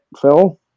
Phil